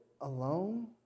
alone